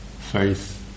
faith